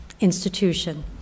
institution